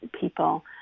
people